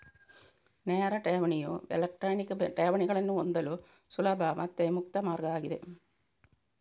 ನೇರ ಠೇವಣಿಯು ಎಲೆಕ್ಟ್ರಾನಿಕ್ ಠೇವಣಿಗಳನ್ನ ಹೊಂದಲು ಸುಲಭ ಮತ್ತೆ ಮುಕ್ತ ಮಾರ್ಗ ಆಗಿದೆ